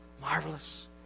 Marvelous